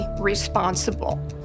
responsible